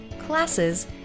classes